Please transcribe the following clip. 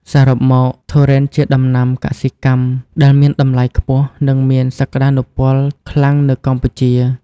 សរុបមក ទុរេនជាដំណាំកសិកម្មដែលមានតម្លៃខ្ពស់ និងមានសក្តានុពលខ្លាំងនៅកម្ពុជា។